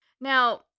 Now